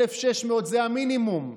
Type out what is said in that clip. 1,600 זה המינימום.